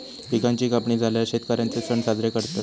पिकांची कापणी झाल्यार शेतकर्यांचे सण साजरे करतत